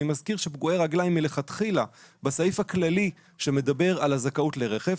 אני מזכיר שפגועי רגליים מלכתחילה בסעיף הכללי שמדבר על הזכאות לרכב,